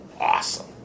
awesome